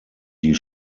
die